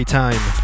time